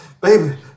Baby